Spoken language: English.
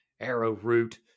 Arrowroot